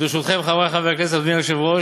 אז ברשותכם, חברי חברי הכנסת ואדוני היושב-ראש,